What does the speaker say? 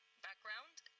background.